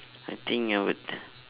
I think I would